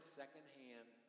secondhand